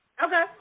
Okay